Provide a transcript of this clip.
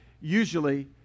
usually